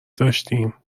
داشتیم